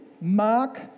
mark